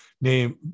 name